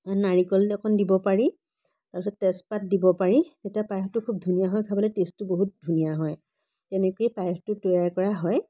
নাৰিকল অকণ দিব পাৰি তাৰ পিছত তেজপাত দিব পাৰি তেতিয়া পায়সটো খুব ধুনীয়া হয় খাবলৈ টেষ্টটো বহুত ধুনীয়া হয় তেনেকৈয়ে পায়সটো তৈয়াৰ কৰা হয়